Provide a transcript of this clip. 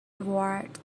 award